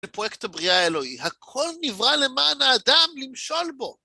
פרויקט הבריאה האלוהי, הכל נברא למען האדם למשול בו.